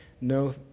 no